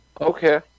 Okay